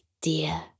dear